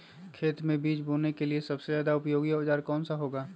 खेत मै बीज बोने के लिए सबसे ज्यादा उपयोगी औजार कौन सा होगा?